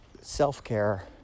self-care